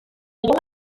llegó